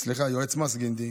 סליחה, יועץ המס גינדי.